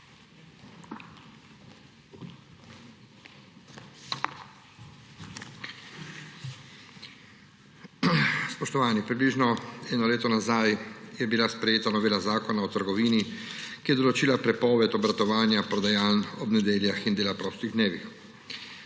Spoštovani! Približno eno leto nazaj je bila sprejeta novela Zakona o trgovini, ki je določila prepoved obratovanja prodajaln ob nedeljah in dela prostih dneh.